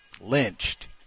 lynched